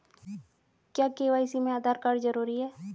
क्या के.वाई.सी में आधार कार्ड जरूरी है?